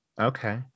okay